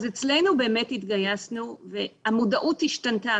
אז אצלינו באמת התגייסנו והמודעות השתנתה,